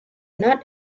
not